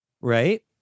right